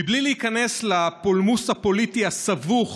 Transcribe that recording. בלי להיכנס לפולמוס הפוליטי הסבוך